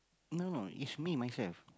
no is me myself